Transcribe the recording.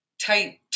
tight